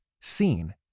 seen